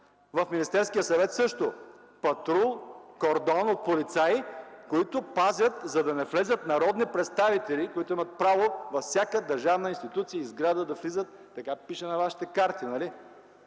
В Министерския съвет – също! Патрул, кордон от полицаи, които пазят, за да не влязат народни представители, които имат право да влязат във всяка една държавна институция и сграда. Така пише и на вашите карти, нали?